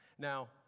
Now